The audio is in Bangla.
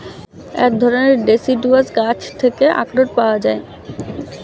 এক ধরণের ডেসিডুয়াস গাছ থেকে আখরোট পাওয়া যায়